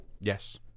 Yes